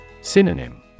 Synonym